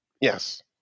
Yes